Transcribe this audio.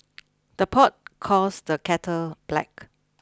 the pot calls the kettle black